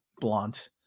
blunt